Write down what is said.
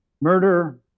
Murder